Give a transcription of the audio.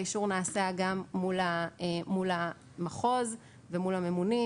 האישור נעשה גם מול המחוז ומול הממונים,